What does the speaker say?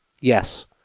Yes